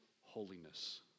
holiness